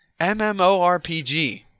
MMORPG